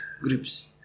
groups